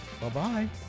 Bye-bye